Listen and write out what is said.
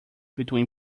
between